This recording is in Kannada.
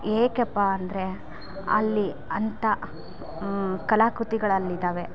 ಏಕಪ್ಪ ಅಂದರೆ ಅಲ್ಲಿ ಅಂಥ ಕಲಾಕೃತಿಗಳಲ್ಲಿದ್ದಾವೆ